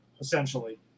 Essentially